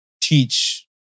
teach